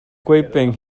peng